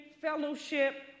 fellowship